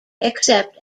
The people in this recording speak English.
except